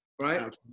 right